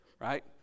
right